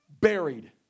buried